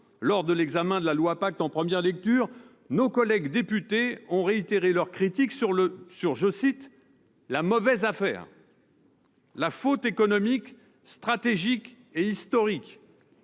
lors de l'examen du projet de loi Pacte en première lecture, nos collègues députés ont réitéré leurs critiques sur « la mauvaise affaire »,« la faute économique, stratégique et historique »,